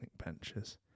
benches